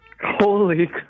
Holy